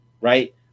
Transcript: right